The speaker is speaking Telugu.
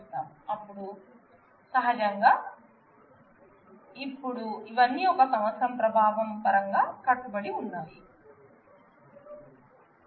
ఇప్పుడు సహజంగా ఇప్పుడు సహజంగా ఇవన్నీ ఒక సంవత్సరం ప్రభావం పరంగా కట్టుబడి ఉన్నాయి